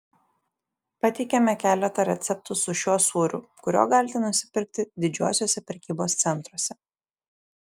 pateikiame keletą receptų su šiuo sūriu kurio galite nusipirkti didžiuosiuose prekybos centruose